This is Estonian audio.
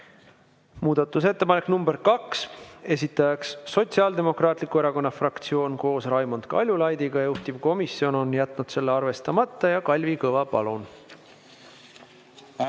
Muudatusettepanek nr 2, esitaja Sotsiaaldemokraatliku Erakonna fraktsioon koos Raimond Kaljulaidiga, juhtivkomisjon on jätnud selle arvestamata. Kalvi Kõva, palun!